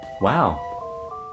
Wow